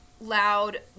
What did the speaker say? loud